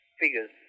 figures